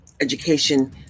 education